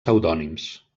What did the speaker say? pseudònims